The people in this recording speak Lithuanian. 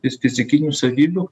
jis fizikinių savybių